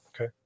Okay